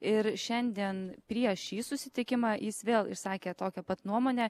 ir šiandien prieš šį susitikimą jis vėl išsakė tokią pat nuomonę